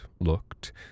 looked